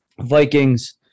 Vikings